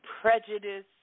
prejudice